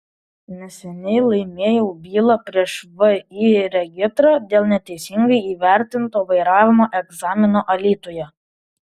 neseniai laimėjau bylą prieš vį regitra dėl neteisingai įvertinto vairavimo egzamino alytuje